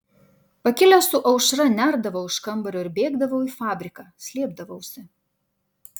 pakilęs su aušra nerdavau iš kambario ir bėgdavau į fabriką slėpdavausi